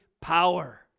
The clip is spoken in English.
power